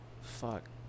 fuck